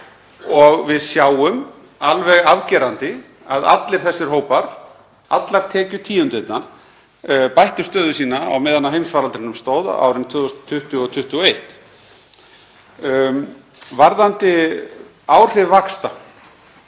Við sjáum alveg afgerandi að allir þessir hópar, allar tekjutíundirnar, bættu stöðu sína á meðan á heimsfaraldri stóð á árunum 2020 og 2021. Varðandi áhrif vaxta